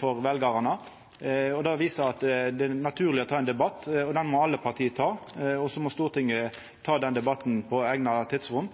for veljarane. Det viser at det er naturleg å ta ein debatt. Den må alle parti ta, og så må Stortinget ta debatten på eigna